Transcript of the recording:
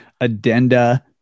addenda